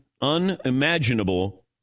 unimaginable